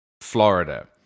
Florida